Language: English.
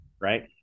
Right